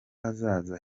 hazaza